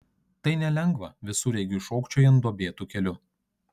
tai nelengva visureigiui šokčiojant duobėtu keliu